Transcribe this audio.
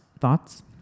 Thoughts